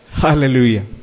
Hallelujah